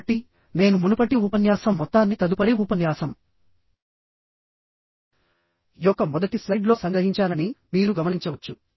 కాబట్టి నేను మునుపటి ఉపన్యాసం మొత్తాన్ని తదుపరి ఉపన్యాసం యొక్క మొదటి స్లైడ్లో సంగ్రహించానని మీరు గమనించవచ్చు